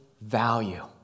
value